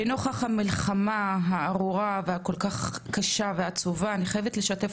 לנוכח המלחמה הארורה והקשה כל כך ועצובה אני חייבת לשתף